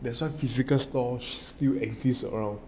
that's why physical stores still exist around